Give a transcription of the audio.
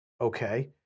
Okay